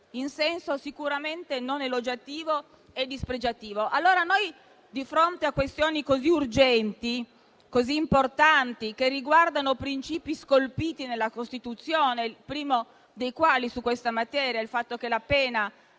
in senso sicuramente non elogiativo e dispregiativo. Di fronte a questioni così urgenti e importanti, che riguardano principi scolpiti nella Costituzione, il primo dei quali su questa materia è il fatto che la pena